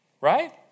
Right